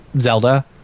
Zelda